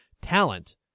talent